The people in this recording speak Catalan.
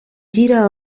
gira